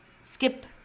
skip